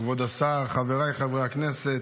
כבוד השר, חבריי חברי הכנסת,